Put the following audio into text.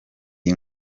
iyi